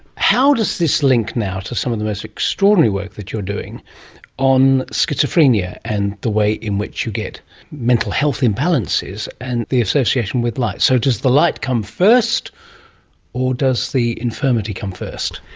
how does this link now to some of the most extraordinary work that you're doing on schizophrenia and the way in which you get mental health imbalances and the association with light? so does the light comes first or does the infirmity come first?